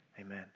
amen